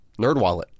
NerdWallet